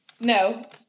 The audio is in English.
No